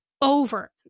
over